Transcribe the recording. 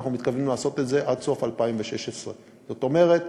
אנחנו מתכוונים לעשות את זה עד סוף 2016. זאת אומרת,